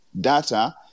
data